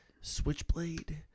Switchblade